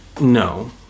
No